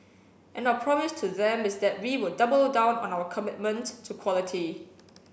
and our promise to them is that we will double down on our commitment to quality